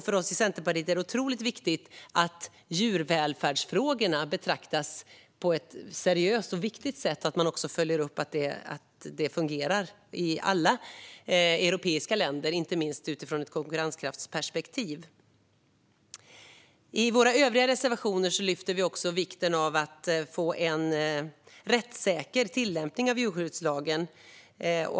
För oss i Centerpartiet är det otroligt viktigt att djurvälfärdsfrågorna betraktas på ett seriöst sätt och att man följer upp att detta fungerar i alla europeiska länder, inte minst utifrån ett konkurrensperspektiv. I våra övriga reservationer lyfter vi också vikten av att få en rättssäker tillämpning av djurskyddslagen.